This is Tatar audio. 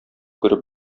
күреп